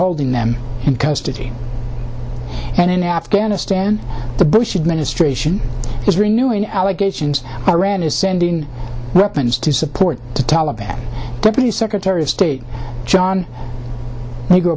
holding them in custody and in afghanistan the bush administration is renewing allegations iran is sending weapons to support the taliban deputy secretary of state john n